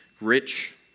rich